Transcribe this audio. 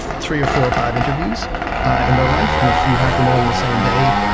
three or four bad interviews in their life, and if you have them all on the same day,